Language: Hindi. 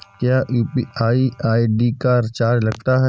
क्या यू.पी.आई आई.डी का चार्ज लगता है?